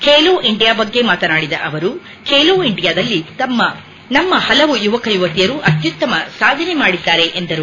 Khelo India ಬಗ್ಗೆ ಮಾತನಾಡಿದ ಅವರು ಖೇಲೋ ಇಂಡಿಯಾದಲ್ಲಿ ನಮ್ಮ ಹಲವು ಯುವಕ ಯುವತಿಯರು ಅತ್ಯುತ್ತಮ ಸಾಧನೆ ಮಾಡಿದ್ದಾರೆ ಎಂದರು